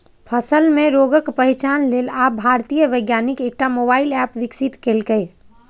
फसल मे रोगक पहिचान लेल आब भारतीय वैज्ञानिक एकटा मोबाइल एप विकसित केलकैए